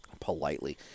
politely